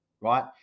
right